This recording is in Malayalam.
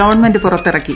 ഗവൺമെന്റ് പുറത്തിറക്കി